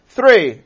Three